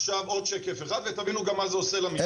עכשיו עוד שקף אחד, ותבינו גם מה זה עושה למשטרה.